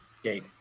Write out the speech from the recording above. Okay